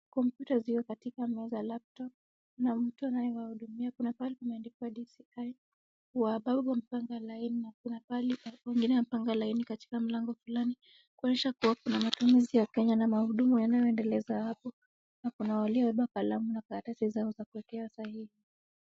Computer ziko katika meza laptop na mtu anayewahudumia kuna mahali pameandikwa DCI . Wabango wamepanga laini na kuna pahali wengine wanapanga laini katika mlango fulani. Kuonyesha kuwa kuna matumizi ya Kenya na huduma yanayoendeleza hapo. Na kuna waliobeba kalamu na karatasi zao za kuwekea sahihi.